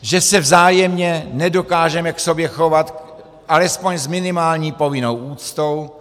Že se vzájemně nedokážeme k sobě chovat alespoň s minimální povinnou úctou?